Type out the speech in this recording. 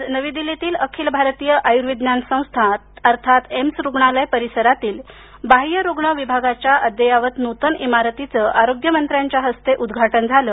आज नवी दिल्लीतील अखिल भारतीय आयुर्विज्ञान संस्था अर्थात एम्स रुग्णालय परिसरातील बाह्य रुग्ण विभागाच्या अद्ययावत नूतन इमारतीच आरोग्यमंत्र्यांच्या हस्ते उद्घाटन झालं